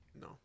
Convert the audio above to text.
No